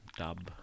dub